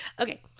Okay